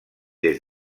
des